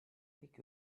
avec